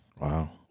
Wow